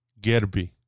Gerbi